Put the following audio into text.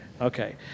Okay